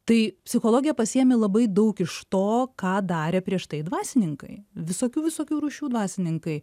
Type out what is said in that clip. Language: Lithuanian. tai psichologija pasiėmė labai daug iš to ką darė prieš tai dvasininkai visokių visokių rūšių dvasininkai